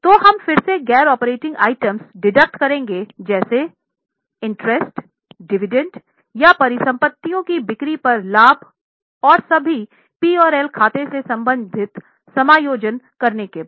तो हम फिर से गैर ऑपरेटिंग आइटम डिडक्ट करेंगे जैसे इंटरेस्ट डिविडेंड या परिसंपत्तियों की बिक्री पर लाभ और सभी P और L खाते से संबंधित समायोजन करने के बाद